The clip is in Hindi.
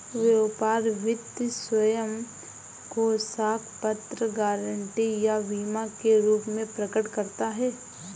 व्यापार वित्त स्वयं को साख पत्र, गारंटी या बीमा के रूप में प्रकट करता है